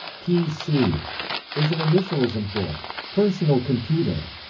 pc is an initialism for personal computer.